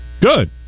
Good